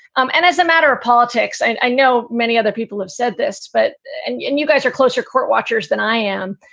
um and as a matter of politics, and i know many other people have said this, but and yeah and you guys are closer court watchers than i am.